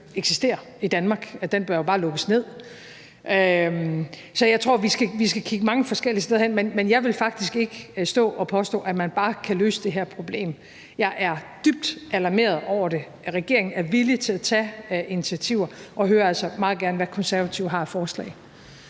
eksistere i Danmark. Den bør jo bare lukkes ned. Så jeg tror, vi skal kigge mange forskellige steder hen, men jeg vil faktisk ikke stå og påstå, at man bare lige kan løse det her problem. Jeg er dybt alarmeret over det, og regeringen er villig til at tage initiativer og hører altså meget gerne, hvad Konservative har af forslag.